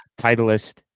Titleist